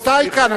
רבותי כאן,